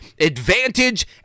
advantage